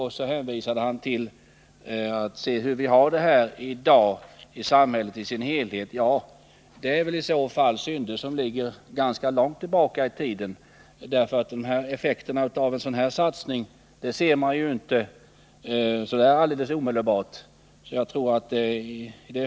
Han hänvisade till hur det såg ut i samhället i dag. Ja, det är väliså fall synder som ligger ganska långt tillbaka i tiden. Effekterna av en satsning som denna ser man ju inte omedelbart.